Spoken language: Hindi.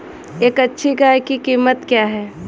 एक अच्छी गाय की कीमत क्या है?